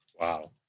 Wow